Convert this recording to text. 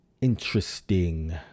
interesting